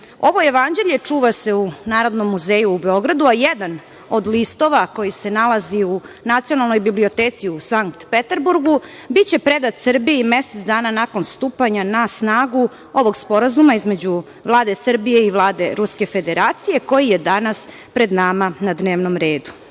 Ovo jevanđelje čuva se u Narodnom muzeju u Beogradu, a jedan od listova koji se nalazi u Nacionalnoj biblioteci u Sanpeteburgu biće predat Srbiji mesec dana nakon stupanja na snagu ovog sporazuma između Vlade Srbije i Vlade Ruske Federacije koji je danas pred nama na dnevnom